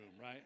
right